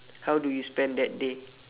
how do you spend that day